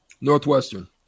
Northwestern